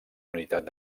unitat